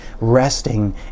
Resting